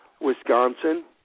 Wisconsin